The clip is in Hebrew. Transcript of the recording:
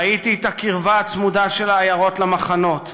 ראיתי את הקרבה הצמודה של העיירות למחנות.